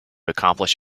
accomplish